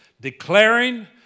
declaring